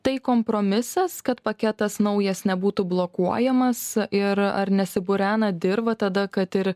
tai kompromisas kad paketas naujas nebūtų blokuojamas ir ar nesipurena dirva tada kad ir